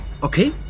okay